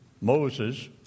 Moses